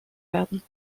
werden